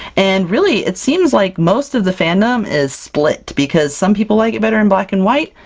and really it seems like most of the fandom is split, because some people like it better in black and white,